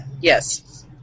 Yes